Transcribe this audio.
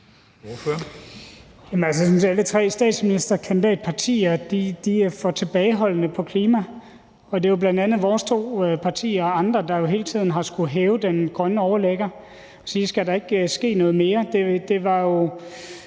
alle tre statsministerkandidatpartier er for tilbageholdende i forhold til klimaet, og det er jo bl.a. vores to partier og andre, der hele tiden har skullet hæve den grønne overligger og spørge, om der ikke skal ske noget mere.